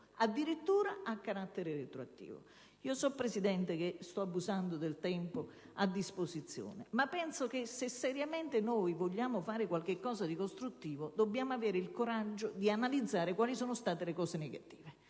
addirittura a carattere retroattivo. Signor Presidente, so che sto abusando del tempo a disposizione, ma penso che se vogliamo fare seriamente qualcosa di costruttivo dobbiamo avere il coraggio di analizzare quali sono stati gli interventi